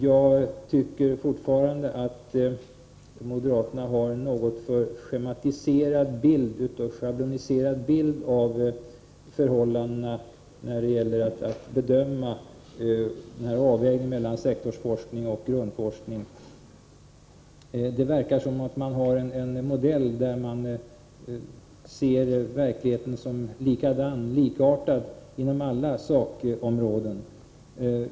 Jag tycker fortfarande att moderaterna har en något för schabloniserad bild av förhållandena. Det verkar som om moderaterna har en modell där de ser verkligheten som likartad inom alla sakområden.